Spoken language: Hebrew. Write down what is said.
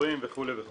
נשואים וכו' וכו'.